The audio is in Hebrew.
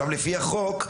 לפי החוק,